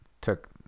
took